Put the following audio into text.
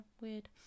weird